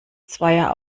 zweier